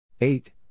Eight